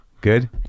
Good